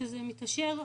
כשזה אושר,